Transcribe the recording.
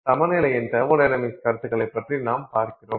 சமநிலையின் தெர்மொடைனமிக்ஸ் கருத்துக்களைப் பற்றி நாம் பார்க்கிறோம்